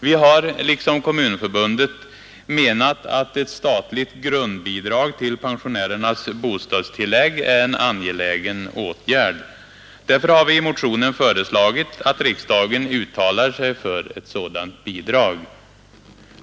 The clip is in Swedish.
Vi har liksom Kommunförbundet menat att ett statligt grundbidrag till pensionärernas bostadstillägg är en angelägen åtgärd. Därför har vi i motionen föreslagit att riksdagen uttalar sig för ett sådant bidrag.